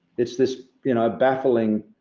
it's this, you know, baffling